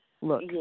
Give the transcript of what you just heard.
look